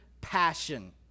passion